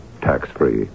Tax-free